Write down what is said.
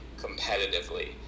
competitively